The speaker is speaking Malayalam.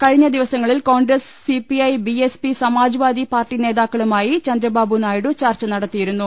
കഴിഞ്ഞ ദിവസങ്ങളിൽ Congress CPI BSP Samajwadi party നേതാക്കളുമായി ചന്ദ്രബാബു നായിഡു ചർച്ച നടത്തിയിരുന്നു